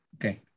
Okay